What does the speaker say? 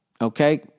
Okay